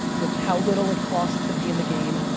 with how little it costs to be in the game,